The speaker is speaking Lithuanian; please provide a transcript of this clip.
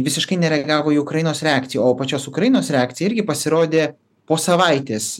visiškai nereagavo į ukrainos reakciją o pačios ukrainos reakcija irgi pasirodė po savaitės